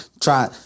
Try